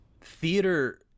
theater